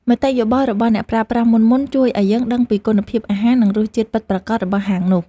មតិយោបល់របស់អ្នកប្រើប្រាស់មុនៗជួយឱ្យយើងដឹងពីគុណភាពអាហារ និងរសជាតិពិតប្រាកដរបស់ហាងនោះ។